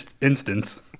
instance